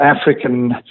African